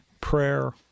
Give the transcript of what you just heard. Prayer